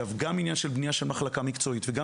גם עניין של בנייה של מחלקה מקצועית וגם